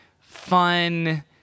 fun